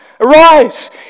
Arise